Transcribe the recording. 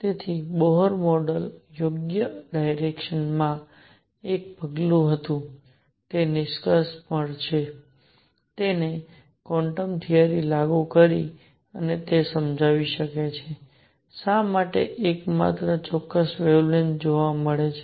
તેથી Bohr model યોગ્ય direction માં એક પગલું હતું તે નિષ્કર્ષ પર તેણે ક્વોન્ટમ થિયરી લાગુ કરી અને તે સમજાવી શકે છે કે શા માટે એકમાત્ર ચોક્કસ વેવલેન્થ જોવા મળે છે